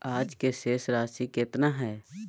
आज के शेष राशि केतना हइ?